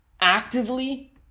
actively